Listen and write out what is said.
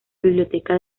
biblioteca